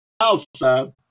Outside